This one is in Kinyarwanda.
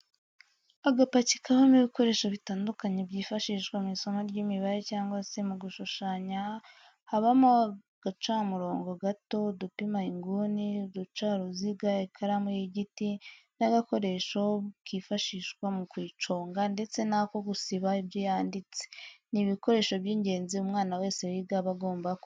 Agapaki kabamo ibikoresho bitandukanye byifashishwa mu isomo ry'imibare cyangwa se mu gushushanya habamo agacamurongo gato, udupima inguni, uducaruziga ,ikaramu y'igiti n'agakoresho kifashishwa mu kuyiconga ndetse n'ako gusiba ibyo yanditse, ni ibikoresho by'ingenzi umwana wese wiga aba agomba kugira.